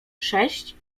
sześć